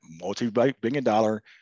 multi-billion-dollar